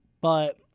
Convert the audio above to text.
But-